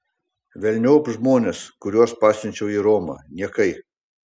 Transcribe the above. velniop žmones kuriuos pasiunčiau į romą niekai